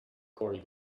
corey